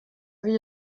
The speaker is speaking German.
wie